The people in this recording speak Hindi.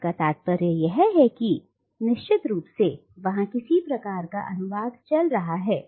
जिसका अर्थ यह है कि निश्चित रूप से वहां किसी प्रकार का अनुवाद चल रहा है